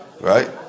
right